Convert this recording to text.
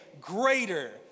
greater